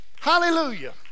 Hallelujah